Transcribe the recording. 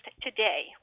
today